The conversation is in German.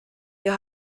wir